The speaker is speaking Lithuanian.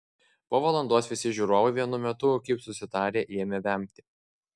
po valandos visi žiūrovai vienu metu kaip susitarę ėmė vemti